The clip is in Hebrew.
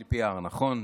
LPR, נכון?